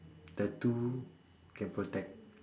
tattoo can protect